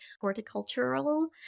horticultural